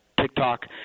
TikTok